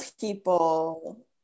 people